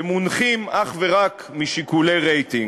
שמונחים אך ורק משיקולי רייטינג.